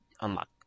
unlock